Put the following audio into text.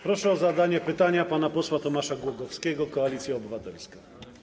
Proszę o zadanie pytania pana posła Tomasza Głogowskiego, Koalicja Obywatelska.